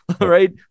right